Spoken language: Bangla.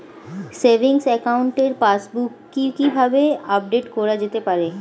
সেভিংস একাউন্টের পাসবুক কি কিভাবে আপডেট করা যেতে পারে?